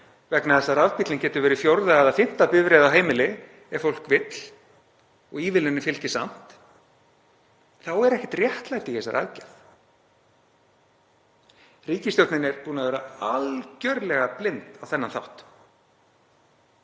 vegna þess að rafbíllinn getur verið fjórða eða fimmta bifreið á heimili ef fólk vill og ívilnunin fylgir samt, þá er ekkert réttlæti í þessari aðgerð. Ríkisstjórnin er búin að vera algjörlega blind á þennan þátt.